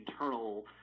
internal